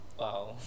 wow